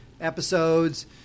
episodes